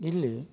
ಇಲ್ಲಿ